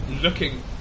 looking